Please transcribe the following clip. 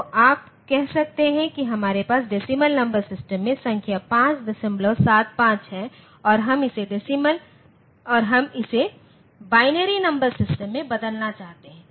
तो आप कह सकते हैं कि हमारे पास डेसीमल नंबर सिस्टम में संख्या 575 है और हम इसे बाइनरी नंबर सिस्टम में बदलना चाहते हैं